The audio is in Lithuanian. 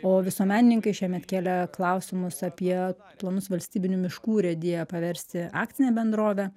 o visuomenininkai šiemet kėlė klausimus apie planus valstybinių miškų urėdiją paversti akcine bendrove